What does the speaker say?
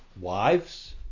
wives